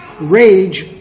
rage